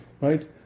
right